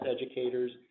educators